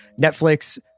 Netflix